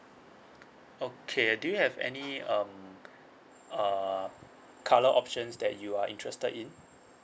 okay do you have any um uh colour options that you are interested in